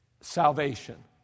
Salvation